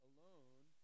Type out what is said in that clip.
Alone